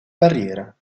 barriera